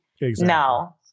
No